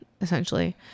Essentially